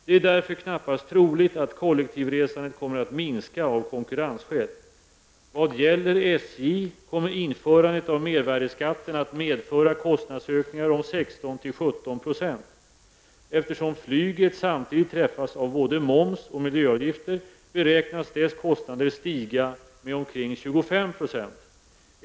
Det är därför knappast troligt att kollektivresandet kommer att minska av konkurrensskäl. Vad gäller SJ kommer införandet av mervärdeskatten att medföra kostnadsökningar om 16--17 %. Eftersom flyget samtidigt träffas av både moms och miljöavgifter beräknas dess kostnader stiga med omkring 25 %.